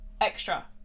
extra